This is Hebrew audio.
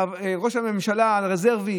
ראש הממשלה הרזרבי